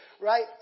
right